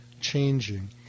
changing